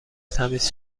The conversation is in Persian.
تمیز